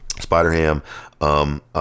Spider-Ham